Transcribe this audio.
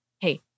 hey